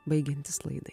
baigiantis laidai